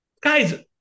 guys